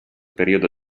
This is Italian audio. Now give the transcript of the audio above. periodo